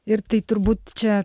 ir tai turbūt čia